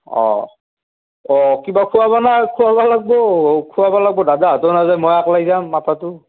অঁ অঁ কিবা খোৱাবানে খোৱাব লাগিব খোৱাব লাগিব দাদাহঁতো নাযায় মই অকলে যাম মতাটো